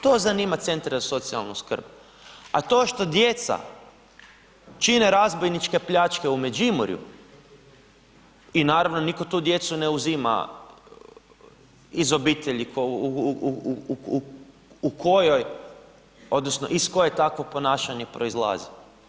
To zanima centre za socijalnu skrb, a to što djeca čine razbojničke pljačke u Međimurju i naravno nitko tu djecu ne uzima iz obitelji u kojoj odnosno iz koje takvo ponašanje proizlazi.